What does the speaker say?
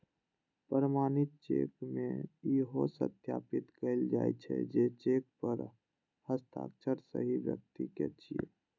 प्रमाणित चेक मे इहो सत्यापित कैल जाइ छै, जे चेक पर हस्ताक्षर सही व्यक्ति के छियै